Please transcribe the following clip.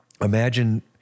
Imagine